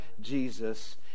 Jesus